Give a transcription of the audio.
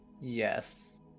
Yes